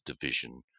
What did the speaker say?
division